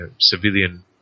civilian